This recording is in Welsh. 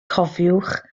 cofiwch